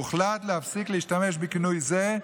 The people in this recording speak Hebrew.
הוחלט להפסיק להשתמש בכינוי זה,